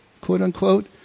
quote-unquote